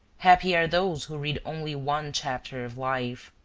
happy are those who read only one chapter of life.